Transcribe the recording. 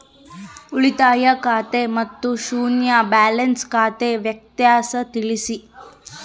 ಉಳಿತಾಯ ಖಾತೆ ಮತ್ತೆ ಶೂನ್ಯ ಬ್ಯಾಲೆನ್ಸ್ ಖಾತೆ ವ್ಯತ್ಯಾಸ ತಿಳಿಸಿ?